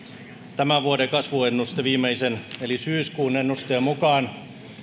tämän vuoden kasvuennuste viimeisen eli syyskuun ennusteen mukaan